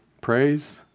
Praise